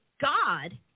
god